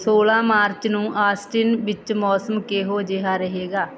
ਸੋਲ੍ਹਾਂ ਮਾਰਚ ਨੂੰ ਆਸਟਿਨ ਵਿੱਚ ਮੌਸਮ ਕਿਹੋ ਜਿਹਾ ਰਹੇਗਾ